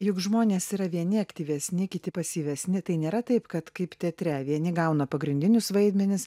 juk žmonės yra vieni aktyvesni kiti pasyvesni tai nėra taip kad kaip teatre vieni gauna pagrindinius vaidmenis